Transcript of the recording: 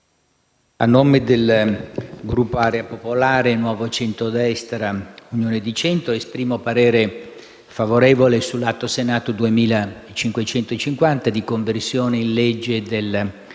a nome del Gruppo Area Popolare (Nuovo Centrodestra-Unione di Centro), esprimo parere favorevole sull'Atto Senato 2550, di conversione in legge del